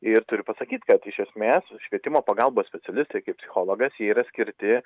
ir turiu pasakyt kad iš esmės švietimo pagalbos specialistai kaip psichologas jie yra skirti